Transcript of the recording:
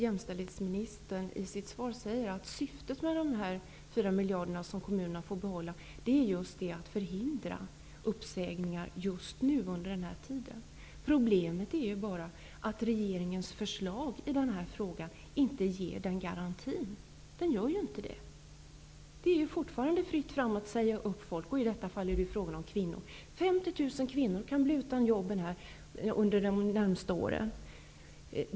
Jämställdhetsministern säger i sitt svar att syftet med de 4 miljarderna som kommunerna får behålla är just att förhindra uppsägningar under den närmaste tiden. Problemet är bara att regeringens förslag inte ger någon garanti. Det är ju fortfarande fritt fram att säga upp folk, i detta fall kvinnor. 50 000 kvinnor kan bli utan jobb inom de närmaste åren.